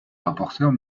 rapporteure